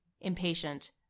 impatient